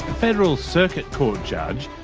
federal circuit court judge,